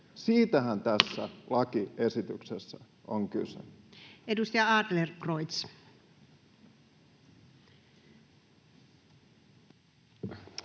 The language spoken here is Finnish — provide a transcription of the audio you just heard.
Siitähän tässä lakiesityksessä on kyse. Edustaja Adlercreutz.